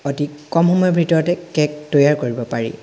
অতি কম সময়ৰ ভিতৰতেই কে'ক তৈয়াৰ কৰিব পাৰি